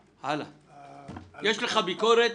יש לך ביקורת